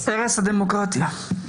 הרס הדמוקרטיה.